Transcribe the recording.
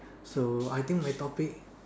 so I think my topic